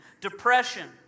Depression